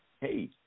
Hey